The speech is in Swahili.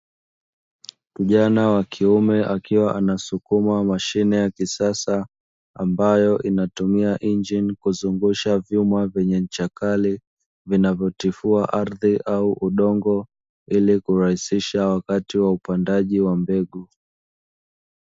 Kijana wa kiume akiwa anasukuma mashine ya kisasa ambayo inatumia injini kuzungusha vyuma vyenye ncha kali, vinavyotifua ardhi au udongo ili kurahisisha wakati wa upandaji wa mbegu.